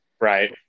right